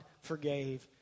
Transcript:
forgave